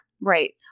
Right